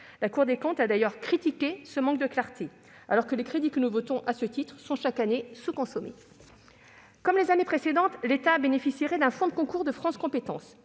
La Cour des comptes a critiqué ce manque de clarté, alors que les crédits que nous votons à ce titre sont chaque année sous-consommés. Comme les années précédentes, l'État bénéficierait d'un fonds de concours de France compétences.